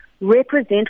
represent